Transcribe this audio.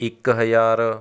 ਇੱਕ ਹਜ਼ਾਰ